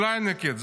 קלייניקייט,